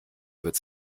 wird